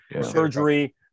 surgery